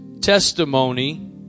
testimony